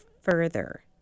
further